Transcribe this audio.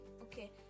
Okay